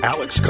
Alex